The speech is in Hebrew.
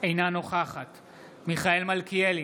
אינה נוכחת מיכאל מלכיאלי,